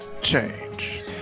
change